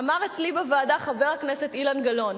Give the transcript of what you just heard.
אמר אצלי בוועדה חבר הכנסת אילן גילאון: